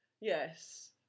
yes